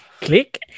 Click